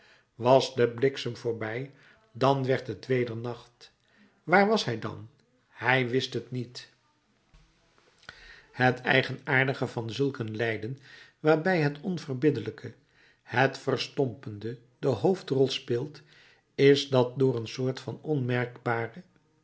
was de bliksem voorbij dan werd het weder nacht waar was hij dan hij wist het niet het eigenaardige van zulk een lijden waarbij het onverbiddelijke het verstompende de hoofdrol speelt is dat door een soort van